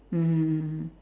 mmhmm mm